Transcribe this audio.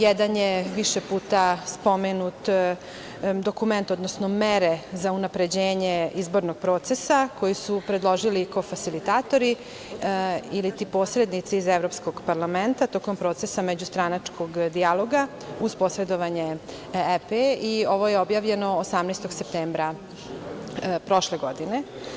Jedan je više puta spomenut dokument, odnosno mere za unapređenje izbornog procesa, koji su predložili kofasilitatori iliti posrednici iz Evropskog parlamenta tokom procesa međustranačkog dijaloga uz posredovanje EP, i ovo je objavljeno 18. septembra prošle godine.